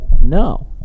No